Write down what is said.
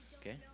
Okay